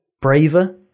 braver